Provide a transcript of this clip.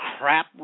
crap